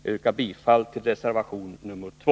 Jag yrkar bifall till reservation nr 2.